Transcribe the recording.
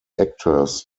actors